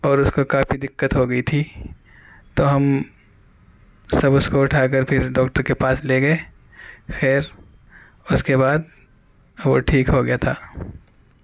اور اس کو کافی دقت ہوگئی تھی تو ہم سب اس کو اٹھا کر پھر ڈاکٹر کے پاس لے گئے خیر اس کے بعد وہ ٹھیک ہو گیا تھا